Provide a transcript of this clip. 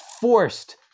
forced